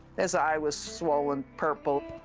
his eye was swollen purple.